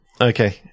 Okay